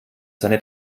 seine